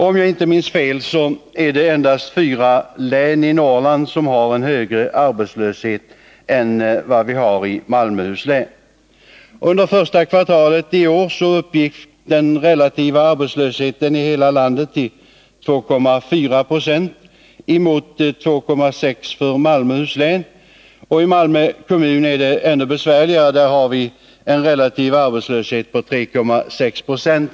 Om jag inte minns fel är det endast fyra län i Norrland som har högre arbetslöshet än Malmöhus län. Under första kvartalet i år uppgick den relativa arbetslösheten i hela landet till 2,4 26, mot 2,6 70 i Malmöhus län. I Malmö kommun är den ännu besvärligare, där vi har en relativ arbetslöshet på 3,6 70.